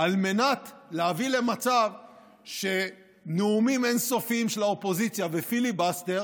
להביא למצב שנאומים אין-סופיים של האופוזיציה בפיליבסטר